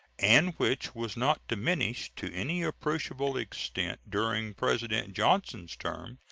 and which was not diminished to any appreciable extent during president johnson's term,